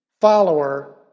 follower